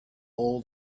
all